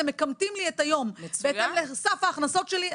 אתם מכמתים לי את היום בהתאם לסף ההכנסות שלי.